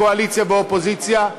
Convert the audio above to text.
קואליציה ואופוזיציה.